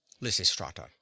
lysistrata